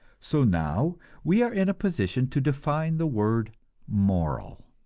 so now we are in position to define the word moral.